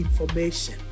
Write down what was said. information